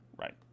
Right